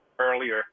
earlier